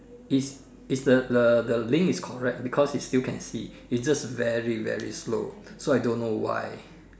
is is the the the link is correct because it still can see it just very very slow so I don't know why